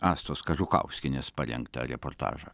astos kažukauskienės parengta reportažą